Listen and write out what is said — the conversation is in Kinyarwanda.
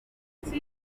bafite